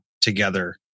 together